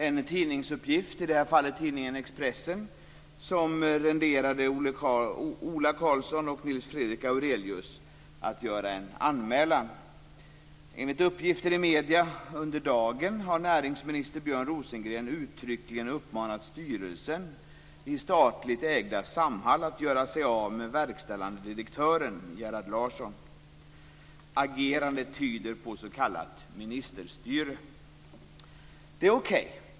En tidningsuppgift, i detta fall från tidningen Expressen, renderade KU en anmälan från Ola Karlsson och Nils Fredrik Aurelius: "Enligt uppgifter i media under dagen har näringsminister Björn Rosengren uttryckligen uppmanat styrelsen i statligt ägda Samhall att göra sig av med verkställande direktören Gerhard Larsson. Agerandet tyder på s.k. Det är okej.